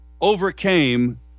overcame